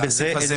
זאת בעיה.